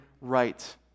Right